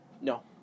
No